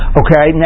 okay